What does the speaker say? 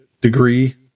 degree